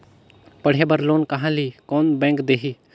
पढ़े बर लोन कहा ली? कोन बैंक देही?